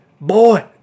boy